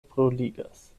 bruligas